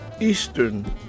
Eastern